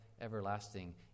everlasting